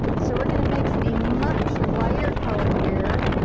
so, we're gonna mix a much lighter color here.